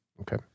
Okay